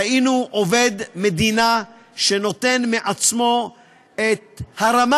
ראינו עובד מדינה שנותן מעצמו את הרמה